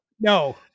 no